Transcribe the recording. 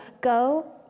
Go